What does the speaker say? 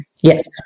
Yes